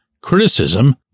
criticism